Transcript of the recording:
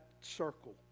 circle